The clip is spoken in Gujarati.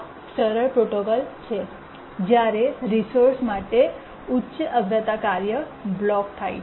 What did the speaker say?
આ સરળ પ્રોટોકોલ છે જ્યારે રિસોર્સ માટે ઉચ્ચ અગ્રતા કાર્ય બ્લોક થાય